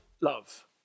love